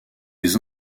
les